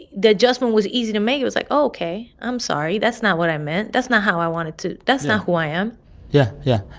the adjustment was easy to make. it was like, oh, ok, i'm sorry. that's not what i meant. that's not how i wanted to that's not who i am yeah, yeah.